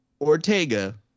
Ortega